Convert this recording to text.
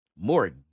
More